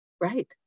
Right